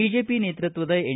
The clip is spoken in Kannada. ಬಿಜೆಪಿ ನೇತೃತ್ವದ ಎನ್